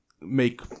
make